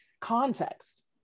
context